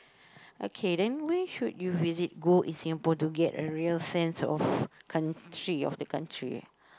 okay then where should you visit go in Singapore to get a real sense of country of the country